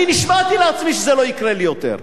נשבעתי לעצמי שזה לא יקרה לי יותר.